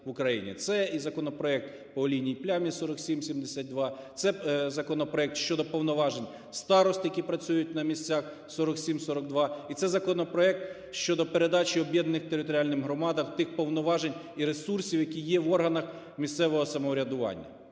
це і законопроект по олійній плямі (4772), це законопроект щодо повноважень старост, які працюють на місцях (4742) і це законопроект щодо передачі об'єднаним територіальним громадам тих повноважень і ресурсів, які є в органах місцевого самоврядування.